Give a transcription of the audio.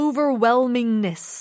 Overwhelmingness